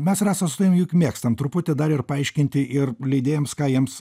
mes rasa juk mėgstam truputį dar ir paaiškinti ir leidėjams ką jiems